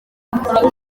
uwo